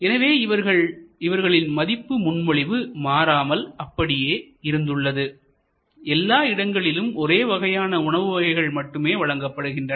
எனவே இவர்களின் மதிப்பு முன்மொழிவு மாறாமல் அப்படியே இருந்துள்ளது எல்லா இடங்களிலும் ஒரே வகையான உணவு வகைகள் மட்டுமே வழங்கப்படுகின்றன